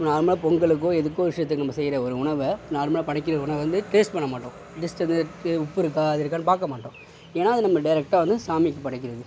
நார்மலாக பொங்கலுக்கோ எதுக்கோ விஷயத்துக்கு செய்கிற ஒரு உணவை நார்மலாக படைக்கிற உணவை வந்து டேஸ்ட் பண்ண மாட்டோம் ஜஸ்ட் அது உப்பு இருக்கா அது இருக்கான்னு பார்க்க மாட்டோம் ஏன்னால் அது நம்ம டேரக்ட்டாக வந்து சாமிக்கு படைக்கிறது